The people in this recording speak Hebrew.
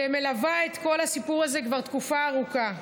שמלווה את כל הסיפור הזה כבר תקופה ארוכה.